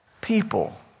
people